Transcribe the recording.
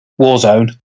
Warzone